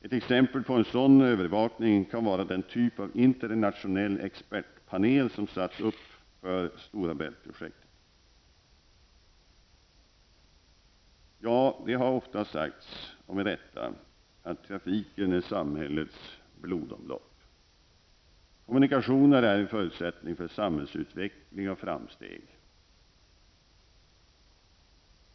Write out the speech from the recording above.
Ett exempel på en sådan övervakning kan vara den typ av internationell expertpanel som satts upp för Stora Bält-projektet. Det har oftast sagts, och med rätta, att trafiken är samhällets blodomlopp. Kommunikationer är en förutsättningen för samhällsutveckling och framsteg.